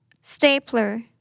Stapler